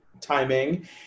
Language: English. timing